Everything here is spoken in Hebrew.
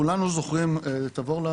כולנו זוכרים מה